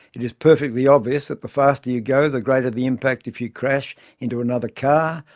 it is perfectly obvious that the faster you go, the greater the impact if you crash into another car,